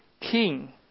king